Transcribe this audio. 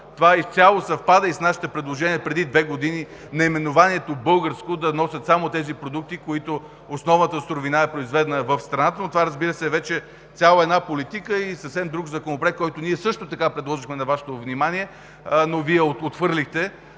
Това изцяло съвпада и с нашите предложения от преди две години: наименованието „българско“ да носят само тези продукти, на които основната суровина е произведена в страната. Това, разбира се, е вече цяла една политика и съвсем друг Законопроект, който също така предложихме на Вашето внимание, но Вие отхвърлихте